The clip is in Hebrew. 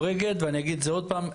ואני אגיד את זה עוד פעם,